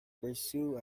pursue